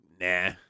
Nah